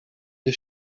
the